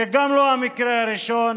זה גם לא המקרה הראשון,